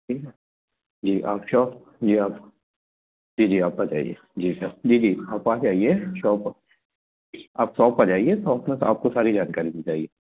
ठीक है ना जी आप शॉप जी आप जी जी आप आ जाइए जी आ जी जी आप आ जाइए शॉप आप शॉप आ जाइए शॉप में तो आपको सारी जानकारी दी जाएगी